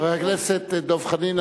חבר הכנסת דב חנין,